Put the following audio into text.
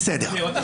בסדר.